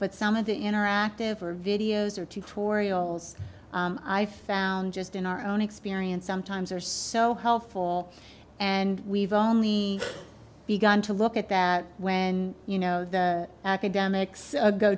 but some of the interactive or videos or tutorials i found just in our own experience sometimes are so helpful and we've only begun to look at that when you know the academics